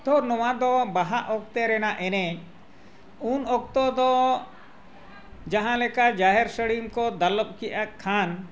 ᱛᱚ ᱱᱚᱣᱟ ᱫᱚ ᱵᱟᱦᱟ ᱚᱠᱛᱚ ᱨᱮᱱᱟᱜ ᱮᱱᱮᱡ ᱩᱱ ᱚᱠᱛᱚ ᱫᱚ ᱡᱟᱦᱟᱸ ᱞᱮᱠᱟ ᱡᱟᱦᱮᱨ ᱥᱟᱹᱲᱤᱢ ᱠᱚ ᱫᱟᱞᱚᱵ ᱠᱮᱜᱼᱟ ᱠᱷᱟᱱ